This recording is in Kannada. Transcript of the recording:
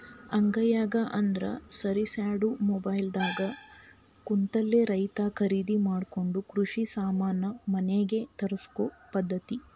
ಅಂಗೈಯಾಗ ಅಂದ್ರ ಸರಿಸ್ಯಾಡು ಮೊಬೈಲ್ ದಾಗ ಕುಂತಲೆ ರೈತಾ ಕರಿದಿ ಮಾಡಕೊಂಡ ಕೃಷಿ ಸಾಮಾನ ಮನಿಗೆ ತರ್ಸಕೊ ಪದ್ದತಿ